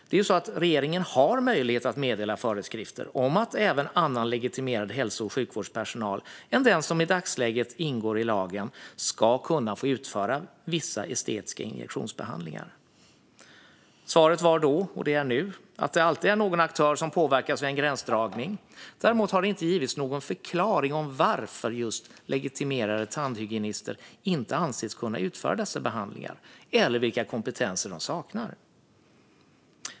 Det är ju så att regeringen har möjlighet att meddela föreskrifter om att även annan legitimerad hälso och sjukvårdspersonal än den som i dagsläget ingår i lagen ska kunna få utföra vissa estetiska injektionsbehandlingar. Svaret var då, och är nu, att det alltid är någon aktör som påverkas vid en gränsdragning. Däremot har det inte givits någon förklaring till att just legitimerade tandhygienister inte anses kunna utföra dessa behandlingar eller vilka kompetenser de saknar.